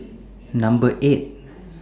Number eight